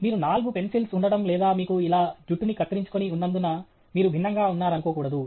మీరు నాలుగు పెన్సిల్స్ ఉండడం లేదా మీకు ఇలా జుట్టుని కత్తిరించుకుని ఉన్నందున మీరు భిన్నంగా ఉన్నారనుకోకూడదు